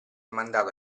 mandato